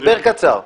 הסבר קצר.